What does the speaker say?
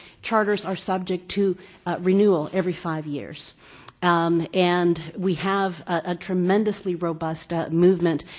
charters are subject to renewal every five years and we have a tremendously robust ah movement.